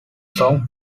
song